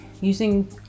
using